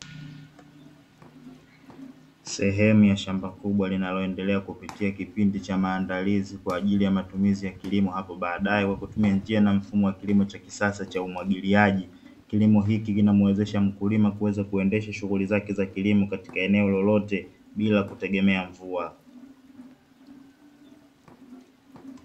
Sehemu ya shamba kubwa linaloendelea kupitia kipindi cha maandalizi kwa ajili ya matumizi ya kilimo hapo baadaye kwa kutumia njia na mfumo wa kilimo cha kisasa cha umwagiliaji. Kilimo hiki kinamwezesha mkulima kuweza kuendesha shughuli zake za kilimo katika eneo lolote bila kutegemea mvua.